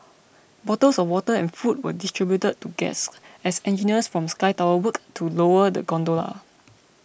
bottles of water and food were distributed to guests as engineers from Sky Tower worked to lower the gondola